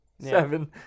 seven